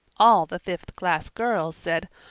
all the fifth-class girls said,